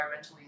environmentally